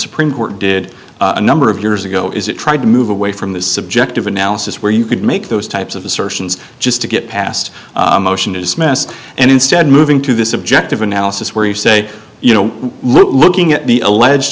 supreme court did a number of years ago is it tried to move away from the subjective analysis where you could make those types of assertions just to get past a motion to dismiss and instead moving to this objective analysis where you say you know looking at the alleged